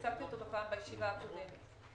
הצגתי אותו בישיבה הקודמת.